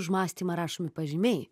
už mąstymą rašomi pažymiai